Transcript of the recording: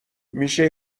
میشه